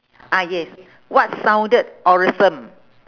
ah yes what sounded awesome